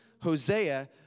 Hosea